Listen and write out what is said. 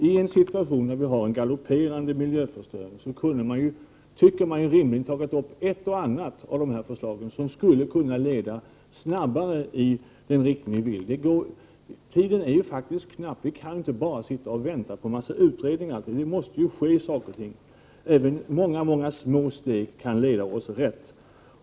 I en situation då vi har en galopperande miljöförstöring kunde man rimligen ha tagit upp ett och annat av de här förslagen som skulle kunna leda snabbare i den riktning vi vill. Tiden är ju faktiskt knapp. Vi kan inte bara sitta och vänta på en mängd utredningar, utan det måste ju ske någonting, och många, många små steg kan leda oss rätt.